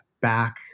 back